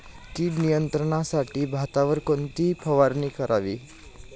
कीड नियंत्रणासाठी भातावर कोणती फवारणी करावी?